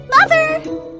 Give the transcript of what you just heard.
Mother